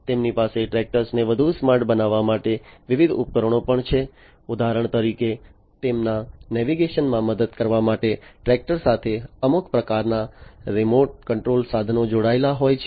તેમની પાસે ટ્રેક્ટરને વધુ સ્માર્ટ બનાવવા માટે વિવિધ ઉકેલો પણ છે ઉદાહરણ તરીકે તેમના નેવિગેશનમાં મદદ કરવા માટે ટ્રેક્ટરસાથે અમુક પ્રકારના રિમોટ કંટ્રોલસાધનો જોડાયેલા હોય છે